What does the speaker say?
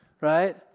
right